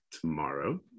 tomorrow